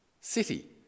City